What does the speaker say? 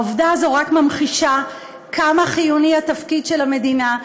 העובדה הזאת רק ממחישה כמה חיוני התפקיד של המדינה,